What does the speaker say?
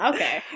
Okay